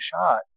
shot